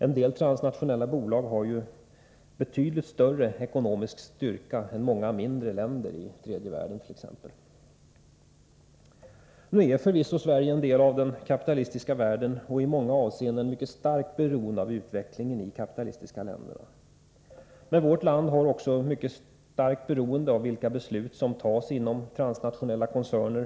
En del transnationella bolag har ju betydligt större ekonomisk styrka än många mindre länder i tredje världen. Nu är förvisso Sverige en del av den kapitalistiska världen och i många avseenden mycket starkt beroende av utvecklingen i de kapitalistiska länderna. Men vårt land är också mycket starkt beroende av vilka beslut som fattas inom transnationella koncerner.